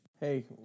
Hey